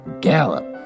gallop